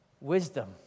wisdom